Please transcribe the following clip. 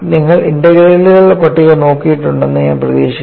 നിങ്ങൾ ഇന്റഗ്രലുകളുടെ പട്ടിക നോക്കിയിട്ടുണ്ടെന്ന് ഞാൻ പ്രതീക്ഷിക്കുന്നു